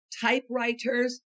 typewriters